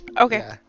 Okay